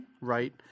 right